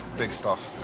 big stuff.